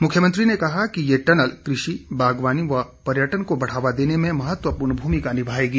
मुख्यमंत्री ने कहा कि ये टनल कृषि बागवानी व पर्यटन को बढ़ावा देने में महत्वपूर्ण भूमिका निभाएंगी